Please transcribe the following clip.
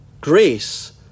Grace